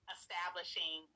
establishing